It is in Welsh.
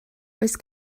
oes